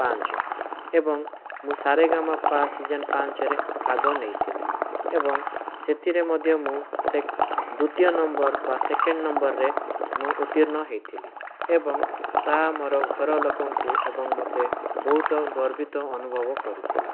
ପାଞ୍ଚ ଏବଂ ମୁଁ ସା ରେ ଗା ମା ପା ସିଜିନ୍ ପାଞ୍ଚରେ ଭାଗ ନେଇଥିଲି ଏବଂ ସେଥିରେ ମଧ୍ୟ ମୁଁ ସେକ୍ ଦ୍ଵିତୀୟ ନମ୍ବର ବା ସେକେଣ୍ଡ ନମ୍ବରରେ ମୁଁ ଉତ୍ତୀର୍ଣ୍ଣ ହୋଇଥିଲି ଏବଂ ତା' ମୋର ଘର ଲୋକଙ୍କୁ ଏବଂ ମୋତେ ବହୁତ ଗର୍ବିତ ଅନୁଭବ କରିଥିଲା